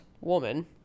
woman